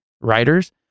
writers